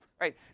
right